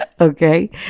Okay